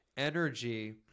energy